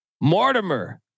Mortimer